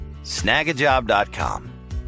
Snagajob.com